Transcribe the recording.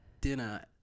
dinner